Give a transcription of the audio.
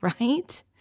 right